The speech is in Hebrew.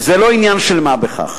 וזה לא עניין של מה בכך.